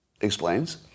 explains